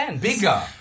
bigger